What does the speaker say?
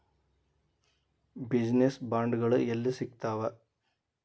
Business ಬಾಂಡ್ಗಳು ಯೆಲ್ಲಿ ಸಿಗ್ತಾವ?